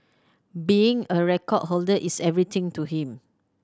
being a record holder is everything to him